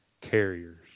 carriers